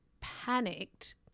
panicked